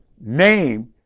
name